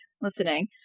listening –